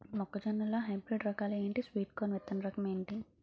మొక్క జొన్న లో హైబ్రిడ్ రకాలు ఎంటి? స్వీట్ కార్న్ విత్తన రకం ఏంటి?